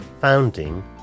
founding